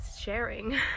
sharing